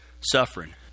suffering